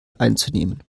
einzunehmen